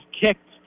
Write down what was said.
kicked